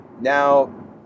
Now